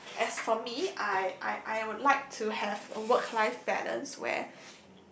job as for me I I I would like to have work life balance where